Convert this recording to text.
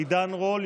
עידן רול,